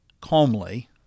calmly